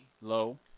Low